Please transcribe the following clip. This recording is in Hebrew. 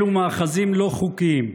אלו מאחזים לא חוקיים.